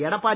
Edappadi